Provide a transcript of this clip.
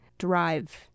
drive